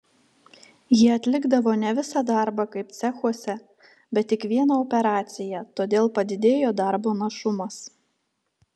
jie atlikdavo ne visą darbą kaip cechuose bet tik vieną operaciją todėl padidėjo darbo našumas